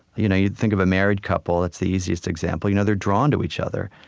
you know you think of a married couple, that's the easiest example you know they're drawn to each other.